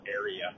area